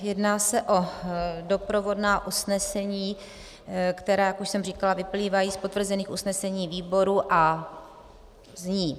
Jedná se o doprovodná usnesení, která, jak už jsem říkala, vyplývají z potvrzených usnesení výboru a znějí: